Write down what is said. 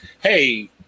hey